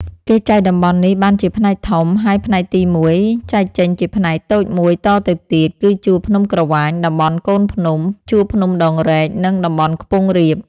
គេចែកតំបន់នេះបានជាផ្នែកធំ ហើយផ្នែកទីមួយ១ ចែកចេញជាផ្នែក តូច១តទៅទៀត គឺ ជួរភ្នំក្រវាញ តំបន់កូនភ្នំ ជួរភ្នំដងរែក និង តំបន់ខ្ពង់រាប ។